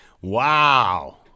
Wow